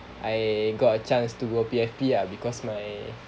I got a chance to go P_F_P ah because my